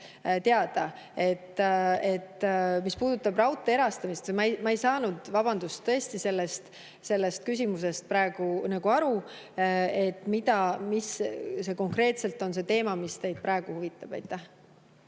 teada. Mis puudutab raudtee erastamist või? Ma ei saanud, vabandust, tõesti sellest küsimusest praegu aru, et mis konkreetselt on see teema, mis teid praegu huvitab.